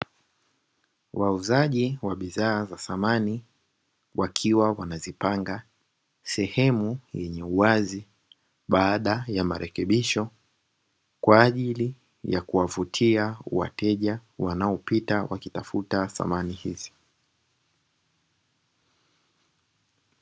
Wauzaji wa bidhaa za samani wakiwa wamezipanga sehemu yenye uwazi baada ya marekebisho, kwa ajili ya kuwavutia wateja wanaopita wakitafuta samani hizi.